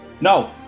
No